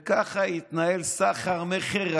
וככה התנהל סחר מכר.